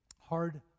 Hard